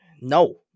No